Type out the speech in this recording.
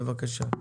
בבקשה.